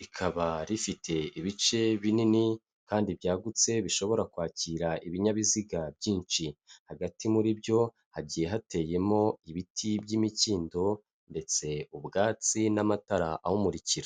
rikaba rifite ibice binini kandi byagutse bishobora kwakira ibinyabiziga byinshi hagati muri byo hagiye hateyemo ibiti by'imikindo ndetse ubwatsi n'amatara awumurikira.